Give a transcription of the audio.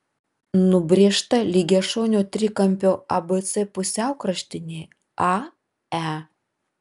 nubrėžta lygiašonio trikampio abc pusiaukraštinė ae